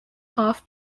half